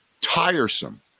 tiresome